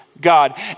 god